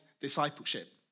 discipleship